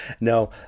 No